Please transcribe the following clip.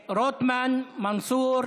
רוטמן, מנסור,